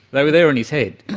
they were there in his head.